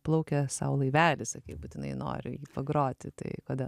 plaukia sau laivelis sakei būtinai nori jį pagroti tai kodėl